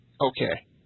Okay